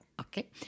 Okay